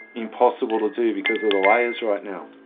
impossible to do because of the layers right now.